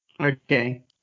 Okay